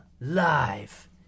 live